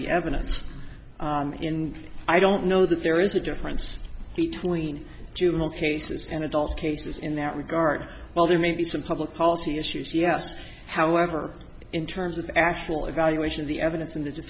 the evidence and i don't know that there is a difference between juvenile cases and adult cases in that regard well there may be some public policy issues yes however in terms of actual evaluation of the evidence and